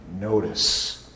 notice